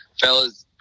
Fellas